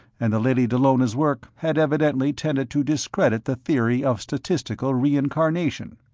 and the lady dallona's work had evidently tended to discredit the theory of statistical reincarnation.